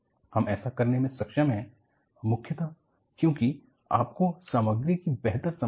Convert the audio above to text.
हम ऐसा करने में सक्षम हैं मुख्यतः क्योंकि आपको सामग्री की बेहतर समझ है